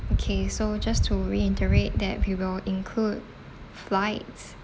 okay so just to reiterate that we will include flights